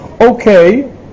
okay